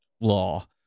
law